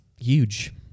huge